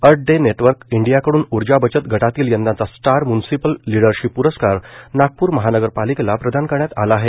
अर्थ Day Network India कडुन ऊर्जा बचत गटातील यंदाचा स्टार म्युनिसिपल लिडरशीप पुरस्कार नागपूर महानगरपालिकेला प्रदान करण्यात आला आहे